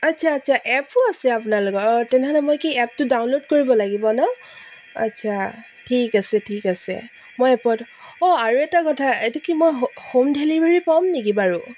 আচ্ছা আচ্ছা এপো আছে আপোনালোকৰ অঁ তেনেহ'লে মই কি এপটো ডাউনলোড কৰিব লাগিব ন আচ্ছা ঠিক আছে ঠিক আছে মই এপত অঁ আৰু এটা কথা এইটো কি মই হ হোম ডেলিভাৰী পাম নেকি বাৰু